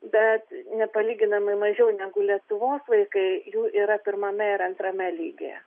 bet nepalyginamai mažiau negu lietuvos vaikai jų yra pirmame ir antrame lygyje